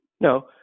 No